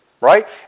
Right